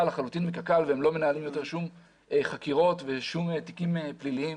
לחלוטין מקק"ל והם לא מנהלים יותר שום חקירות ושום תיקים פליליים